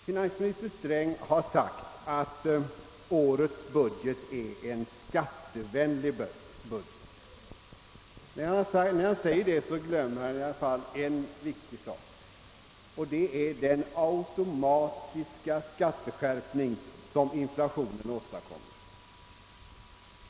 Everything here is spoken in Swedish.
Finansminister Sträng har sagt att årets budget är en skattevänlig budget. När han säger detta glömmer han emellertid en viktig sak, nämligen den automatiska skatteskärpning som inflationen åstadkommer.